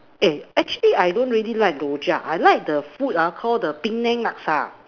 eh actually I don't really like Rojak I like the food ah Call the Penang Laksa